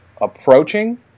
approaching